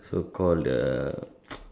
so called the